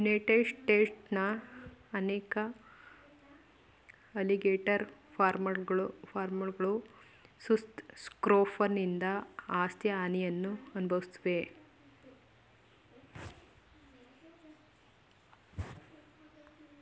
United ಸ್ಟೇಟ್ಸ್ನ ಅನೇಕ alligator ಫಾರ್ಮ್ಗಳು ಸುಸ್ ಸ್ಕ್ರೋಫನಿಂದ ಆಸ್ತಿ ಹಾನಿಯನ್ನು ಅನ್ಭವ್ಸಿದೆ